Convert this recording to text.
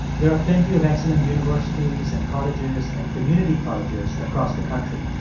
there are plenty of excellent universities and colleges and community colleges across the country.